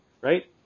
right